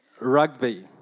Rugby